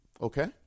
Okay